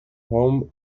home